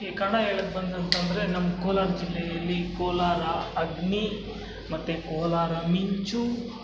ಈಗ ಕನ್ನಡ ಹೇಳೋಕ್ ಬಂದೆ ಅಂತಂದರೆ ನಮ್ಮ ಕೋಲಾರ ಜಿಲ್ಲೆಯಲ್ಲಿ ಕೋಲಾರ ಅಗ್ನಿ ಮತ್ತು ಕೋಲಾರ ಮಿಂಚು